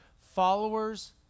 Followers